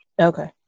okay